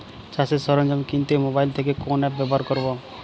চাষের সরঞ্জাম কিনতে মোবাইল থেকে কোন অ্যাপ ব্যাবহার করব?